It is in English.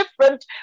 different